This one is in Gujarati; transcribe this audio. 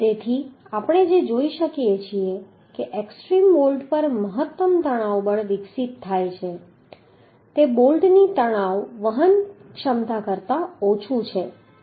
તેથી આપણે જે જોઈ શકીએ છીએ કે એક્સ્ટ્રીમ બોલ્ટ પર મહત્તમ તણાવ બળ વિકસિત થાય છે તે બોલ્ટની તણાવ વહન ક્ષમતા કરતાં ઓછું છે